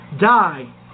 die